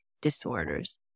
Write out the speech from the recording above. disorders